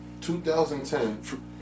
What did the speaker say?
2010